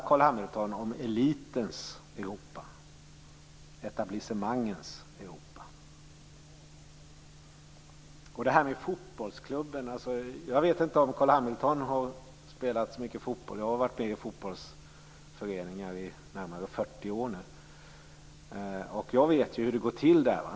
Carl Hamilton talar ju om elitens Sedan vill jag säga några ord om det här med fotbollsklubben. Jag vet inte om Carl Hamilton har spelat så mycket fotboll. Själv har jag varit med i fotbollsföreningar i närmare 40 år. Jag vet hur det går till där.